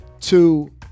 two